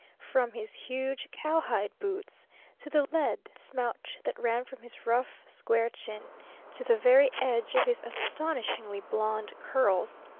from his huge cowhide boots to the lead smouch that ran from his rough, square chin to the very edge of his astonishingly blond curls,